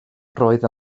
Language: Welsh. roedd